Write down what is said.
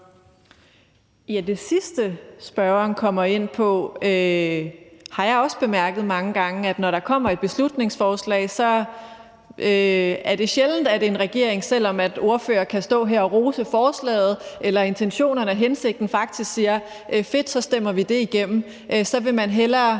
Det sidste, spørgeren kommer ind på, har jeg også bemærket mange gange, altså at når der kommer et beslutningsforslag, så er det sjældent, at en regering – selv om ordførere kan stå her og rose forslaget og intentionerne og hensigten – faktisk siger: Fedt, så stemmer vi det igennem. Så vil man hellere